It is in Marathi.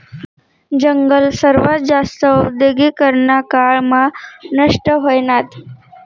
जंगल सर्वात जास्त औद्योगीकरना काळ मा नष्ट व्हयनात